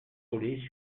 collées